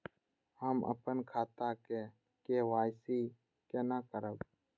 हम अपन खाता के के.वाई.सी केना करब?